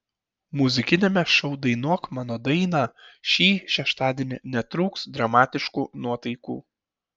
muzikiniame šou dainuok mano dainą šį šeštadienį netrūks dramatiškų nuotaikų